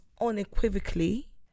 unequivocally